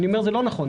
אני אומר שזה לא נכון,